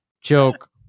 Joke